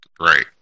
Right